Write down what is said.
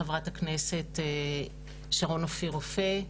לחברת הכנסת שרון אופיר רופא,